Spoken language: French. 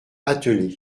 attelée